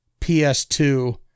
PS2